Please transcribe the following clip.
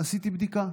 עשיתי בדיקה,